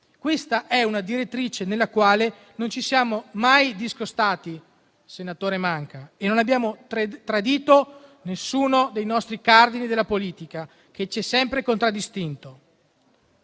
Questa è una direttrice dalla quale non ci siamo mai discostati, senatore Manca. E non abbiamo tradito nessuno dei cardini della nostra politica che ci hanno sempre contraddistinto.